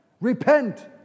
repent